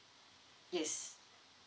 yes